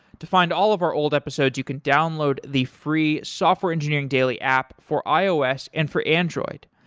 to find all of our old episodes, you can download the free software engineering daily app for ios and for android.